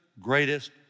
greatest